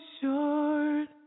short